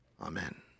Amen